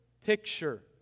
picture